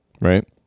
right